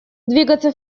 двигаться